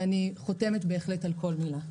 ואני חותמת בהחלט על כל מילה.